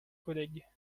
collègues